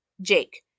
Jake